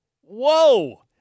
Whoa